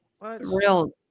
real